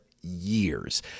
years